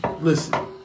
Listen